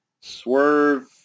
Swerve